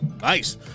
Nice